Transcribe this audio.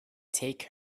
take